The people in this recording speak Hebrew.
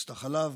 מועצת החלב,